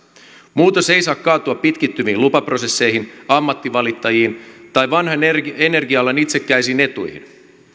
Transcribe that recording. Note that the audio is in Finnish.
muutos ei saa kaatua pitkittyviin lupaprosesseihin ammattivalittajiin tai vanhan energia energia alan itsekkäisiin etuihin